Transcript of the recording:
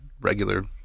regular